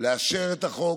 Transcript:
לאשר את החוק,